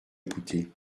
écouté